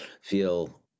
feel